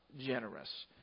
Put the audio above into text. generous